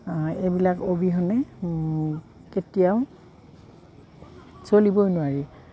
এইবিলাক অবিহনে কেতিয়াও চলিবই নোৱাৰি